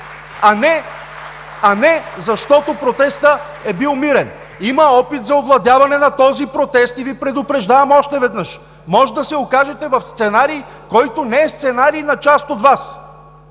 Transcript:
а не защото протестът е бил мирен! Има опит за овладяване на този протест и Ви предупреждавам още веднъж: може да се окажете в сценарий, който не е сценарий на част от Вас,